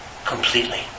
Completely